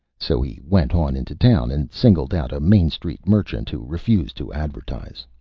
so he went on into town, and singled out a main street merchant who refused to advertise.